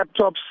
laptops